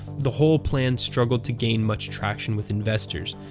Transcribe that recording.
the whole plan struggled to gain much traction with investors,